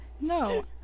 No